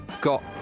got